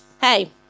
Hey